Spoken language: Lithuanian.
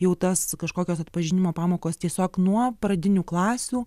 jau tas kažkokios atpažinimo pamokos tiesiog nuo pradinių klasių